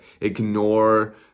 ignore